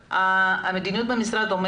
המשרד.